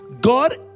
God